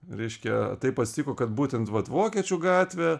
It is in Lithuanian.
reiškia taip patiko kad būtent vat vokiečių gatvė